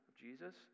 Jesus